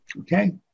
Okay